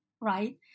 Right